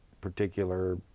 particular